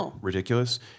ridiculous